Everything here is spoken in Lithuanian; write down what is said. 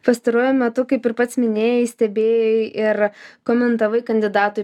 pastaruoju metu kaip ir pats minėjai stebėjai ir komentavai kandidatų į